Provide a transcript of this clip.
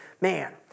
Man